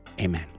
Amen